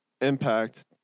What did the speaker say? impact